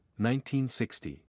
1960